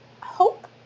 hope